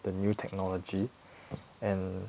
the new technology and